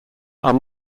are